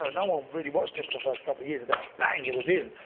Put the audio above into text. ah no one really watched it for the first couple of years then bang! it was in.